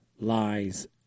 lies